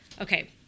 okay